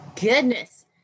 goodness